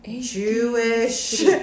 Jewish